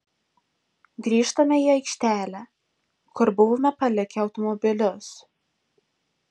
grįžtame į aikštelę kur buvome palikę automobilius